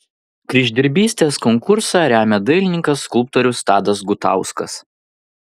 kryždirbystės konkursą remia dailininkas skulptorius tadas gutauskas